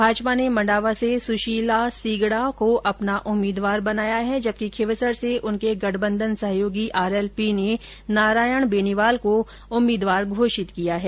भाजपा ने मण्डावा से सुशीला सीगड़ा को अपना उम्मीदवार बनाया है जबकि खींवसर से उनके गठबंधन सहयोगी आरएलपी ने नारायण बेनीवाल को उम्मीदवार घोषित किया है